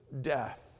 death